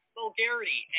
vulgarity